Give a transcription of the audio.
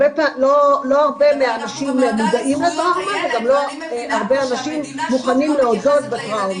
לא הרבה מוכנים להודות בטראומה,